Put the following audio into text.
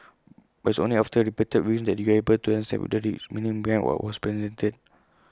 but it's only after repeated viewings that you are able to understand the rich meaning behind what was presented